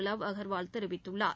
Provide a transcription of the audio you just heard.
லாவ் அகர்வால் தெரிவித்துள்ளார்